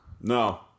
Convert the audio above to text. No